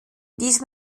diesem